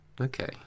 Okay